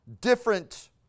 different